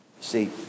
See